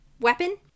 weapon